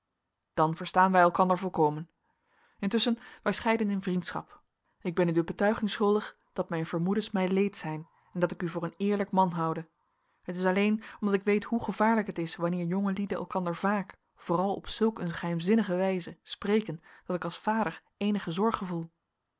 dan verstaan wij elkander volkomen intusschen wij scheiden in vriendschap ik ben u de betuiging schuldig dat mijn vermoedens mij leed zijn en dat ik u voor een eerlijk man houde het is alleen omdat ik weet hoe gevaarlijk het is wanneer jonge lieden elkander vaak vooral op zulk een geheimzinnige wijze spreken dat ik als vader eenige zorg gevoel